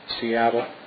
Seattle